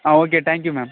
ah okay thank you ma'am